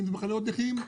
אם זה בחניות נכים,